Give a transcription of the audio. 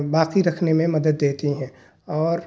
باقی رکھنے میں مدد دیتی ہیں اور